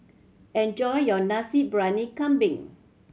enjoy your Nasi Briyani Kambing